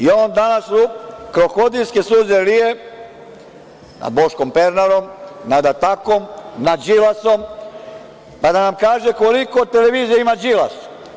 On danas krokodilske suze lije, nad Boškom Pernarom, nad Atakom, nad Đilasom, pa da nam kaže koliko televizija ima Đilas?